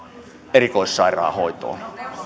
erikoissairaanhoitoon